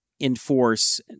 enforce